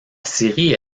série